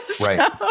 right